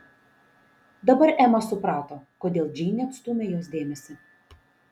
dabar ema suprato kodėl džeinė atstūmė jos dėmesį